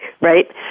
right